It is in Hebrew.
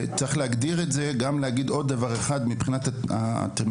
צריך להגדיר את זה ולהגיד עוד דבר אחד מבחינת הטרמינולוגיה,